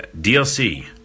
DLC